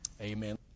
Amen